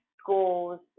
schools